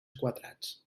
quadrats